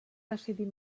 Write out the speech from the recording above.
decidir